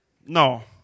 No